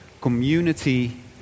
community